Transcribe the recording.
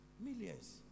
millions